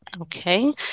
Okay